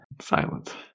Silence